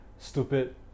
stupid